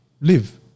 live